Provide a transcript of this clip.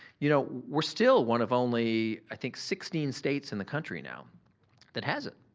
you know we're still one of only i think sixteen states in the country now that has it.